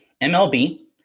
MLB